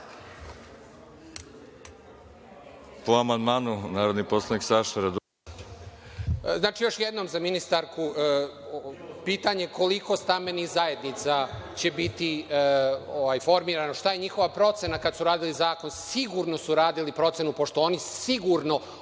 je. Po amandmanu, narodni poslanik Saša Radulović. **Saša Radulović** Još jednom za ministarku pitanje – koliko stambenih zajednica će biti formirano, šta je njihova procena kada su radili zakon? Sigurno su radili procenu, pošto oni sigurno